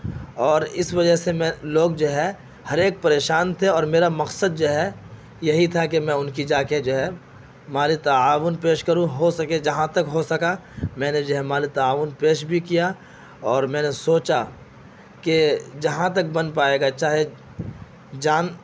اور اس وجہ سے میں لوگ جو ہے ہر ایک پریشان تھے اور میرا مقصد جو ہے یہی تھا کہ میں ان کی جا کے جو ہے مالی تعاون پیش کروں ہو سکے جہاں تک ہو سکا میں نے جو ہے مالی تعاون پیش بھی کیا اور میں نے سوچا کہ جہاں تک بن پائے گا چاہے جان